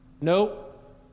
Nope